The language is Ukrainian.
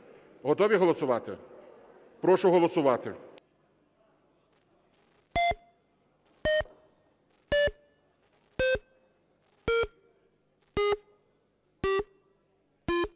Готові голосувати? Прошу голосувати.